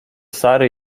sary